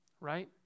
right